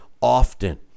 often